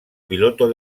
piloto